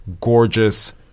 gorgeous